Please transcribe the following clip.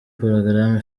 porogaramu